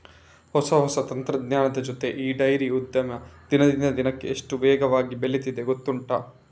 ಹೊಸ ಹೊಸ ತಂತ್ರಜ್ಞಾನದ ಜೊತೆ ಈ ಡೈರಿ ಉದ್ದಿಮೆ ದಿನದಿಂದ ದಿನಕ್ಕೆ ಎಷ್ಟು ವೇಗವಾಗಿ ಬೆಳೀತಿದೆ ಗೊತ್ತುಂಟಾ